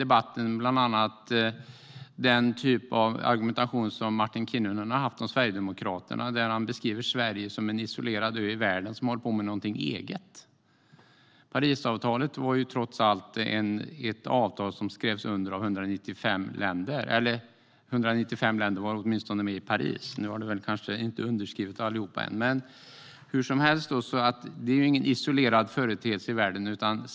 Det gäller bland annat den typ av argumentation som Martin Kinnunen från Sverigedemokraterna för när han beskriver Sverige som en isolerad ö i världen som håller på med någonting eget. Parisavtalet är trots allt ett avtal som skrevs under av 195 länder. 195 länder var åtminstone med i Paris, och avtalet kanske inte är underskrivet av alla ännu. Hur som helst är inte detta någon isolerad företeelse i världen.